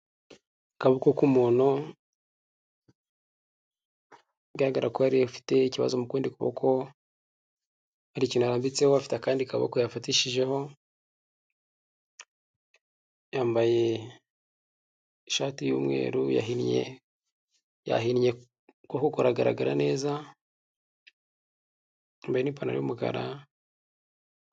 Akaboko k'umuntu bigaragara ko yari afite ikibazo mu kundi kuboko, hari ikintu yarambitseho afite akandi kaboko yafatishijeho, yambaye ishati y'umweru yahinnye, ukuboko kuragaragara neza yambaye n'ipantaro y'umukara.